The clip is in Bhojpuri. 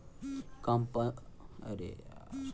कंपनी मौजूदा बाजार स्थिति के तहत संपत्ति के बदले में का पा सकला